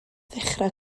ddechrau